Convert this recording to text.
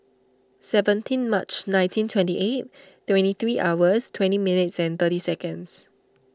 seventeen March nineteen twenty eight twenty three hours twenty minutes and thirty seconds